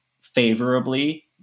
favorably